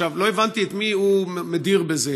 לא הבנתי את מי הוא מדיר בזה,